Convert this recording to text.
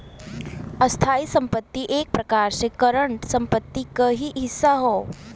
स्थायी संपत्ति एक प्रकार से करंट संपत्ति क ही हिस्सा हौ